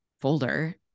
folder